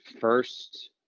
first